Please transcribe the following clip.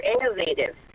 innovative